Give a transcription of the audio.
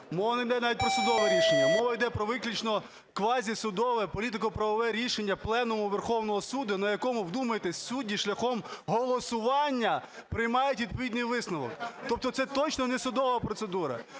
мова не йде навіть про судове рішення. Мова йде про виключно квазісудове політико-правове рішення Пленуму Верховного Суду, на якому, вдумайтесь, судді шляхом голосування приймають відповідний висновок. Тобто це точно не судова процедура.